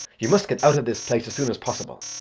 you must get out of this place as soon as possible.